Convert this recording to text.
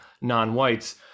non-whites